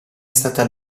stata